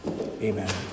Amen